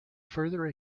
further